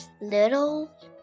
little